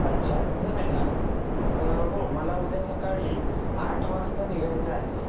अच्छा जमेल ना हो मला उद्या सकाळी आठ वाजता निघायचं आहे